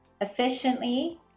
efficiently